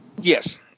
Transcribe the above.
Yes